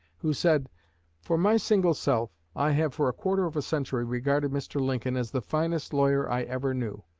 who said for my single self, i have for a quarter of a century regarded mr. lincoln as the finest lawyer i ever knew,